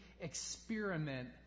experiment